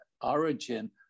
origin